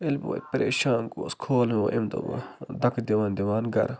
ییٚلہِ بہٕ وۄنۍ پریشان گوس کھولُن وۄنۍ أمۍ دۄہ وۄنۍ دَکہٕ دِوان دِوان گَرٕ